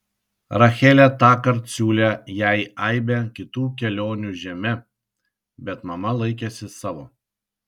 rachelė tąkart siūlė jai aibę kitų kelionių žeme bet mama laikėsi savo